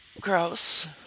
gross